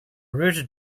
rooted